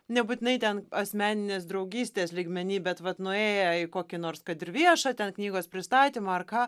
nebūtinai ten asmeninės draugystės lygmenyj bet vat nuėję į kokį nors kad ir viešą ten knygos pristatymą ar ką